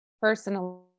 personally